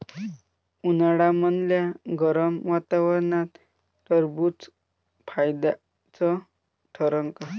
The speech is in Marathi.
उन्हाळ्यामदल्या गरम वातावरनात टरबुज फायद्याचं ठरन का?